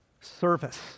service